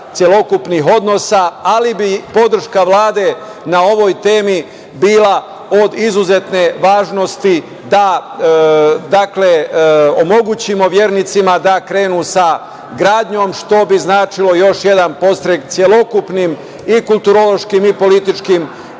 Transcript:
celokupnih odnosa, ali bi podrška Vlade na ovoj temi bila od izuzetne važnosti, da omogućimo vernicima da krenu sa gradnjom, što bi značilo još jedan podstrek celokupnim i kulturološkim i političkim